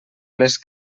les